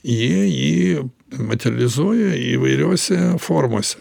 jie jį materializuoja įvairiose formose